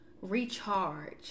Recharge